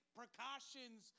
precautions